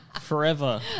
forever